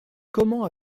comment